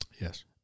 Yes